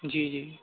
جی جی